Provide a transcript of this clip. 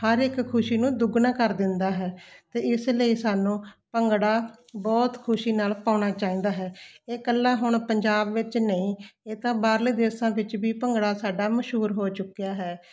ਹਰ ਇੱਕ ਖੁਸ਼ੀ ਨੂੰ ਦੁੱਗਣਾ ਕਰ ਦਿੰਦਾ ਹੈ ਅਤੇ ਇਸ ਲਈ ਸਾਨੂੰ ਭੰਗੜਾ ਬਹੁਤ ਖੁਸ਼ੀ ਨਾਲ ਪਾਉਣਾ ਚਾਹੀਦਾ ਹੈ ਇਕੱਲਾ ਹੁਣ ਪੰਜਾਬ ਵਿੱਚ ਨਹੀਂ ਇਹ ਤਾਂ ਬਾਹਰਲੇ ਦੇਸਾਂ ਵਿੱਚ ਵੀ ਭੰਗੜਾ ਸਾਡਾ ਮਸ਼ਹੂਰ ਹੋ ਚੁੱਕਿਆ ਹੈ